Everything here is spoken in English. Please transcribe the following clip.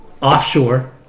offshore